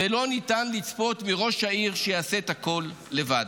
ולא ניתן לצפות מראש העיר שיעשה את הכול לבד.